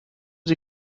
sie